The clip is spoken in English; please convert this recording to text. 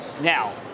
Now